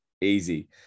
Easy